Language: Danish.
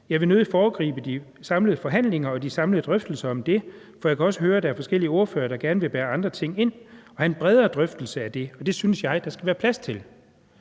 jeg vil nødig foregribe de samlede forhandlinger og de samlede drøftelser om det. For jeg kan også høre, at der er forskellige ordførere, som gerne vil bære andre ting ind og have en bredere drøftelse af det, og det synes jeg der skal være plads til.«